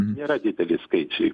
nėra dideli skaičiai